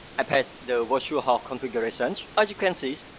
i paste the virtual host configuration. as you can see,